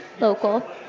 Local